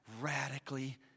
Radically